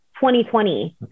2020